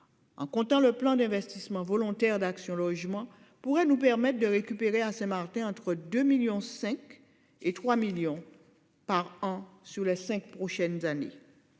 En comptant le plan d'investissement volontaire d'Action Logement pourrait nous permettent de récupérer à Saint-Martin entre 2 millions, 5 et 3 millions par an sur les 5 prochaines années.